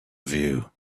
view